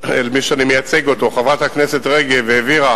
אל מי שאני מייצג אותו חברת הכנסת רגב והעבירה